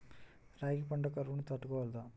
రాగి పంట కరువును తట్టుకోగలదా?